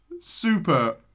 Super